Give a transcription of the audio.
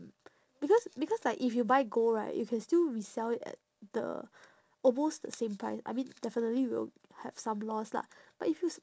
because because like if you buy gold right you can still resell it at the almost the same price I mean definitely will have some loss lah but if you s~